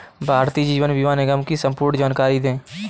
भारतीय जीवन बीमा निगम की संपूर्ण जानकारी दें?